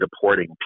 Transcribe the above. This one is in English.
deporting